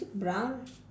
brown